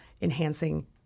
enhancing